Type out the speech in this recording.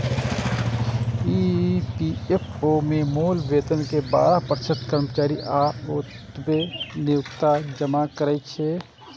EPFO मे मूल वेतन के बारह प्रतिशत कर्मचारी आ ओतबे नियोक्ता जमा करै छै